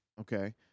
Okay